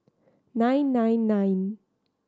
nine nine nine